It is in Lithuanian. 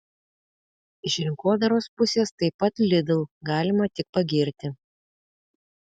iš rinkodaros pusės taip pat lidl galima tik pagirti